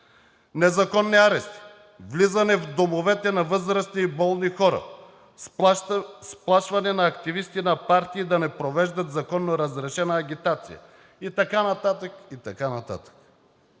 незаконни арести, влизане в домовете на възрастни и болни хора, сплашване на активисти на партии да не провеждат законно разрешена агитация и така нататък,